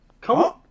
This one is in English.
Come